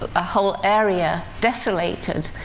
a whole area desolated,